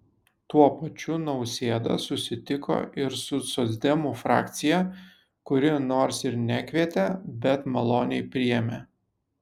tuo pačiu nausėda susitiko ir su socdemų frakcija kuri nors ir nekvietė bet maloniai priėmė